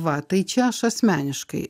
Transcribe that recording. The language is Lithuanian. va tai čia aš asmeniškai